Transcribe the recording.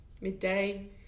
midday